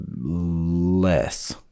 less